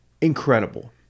Incredible